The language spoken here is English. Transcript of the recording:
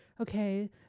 okay